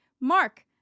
Mark